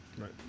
Right